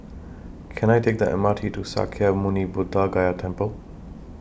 Can I Take The M R T to Sakya Muni Buddha Gaya Temple